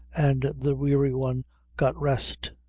and the weary one got rest.